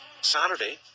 Saturday